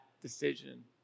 decision